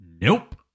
nope